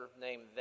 named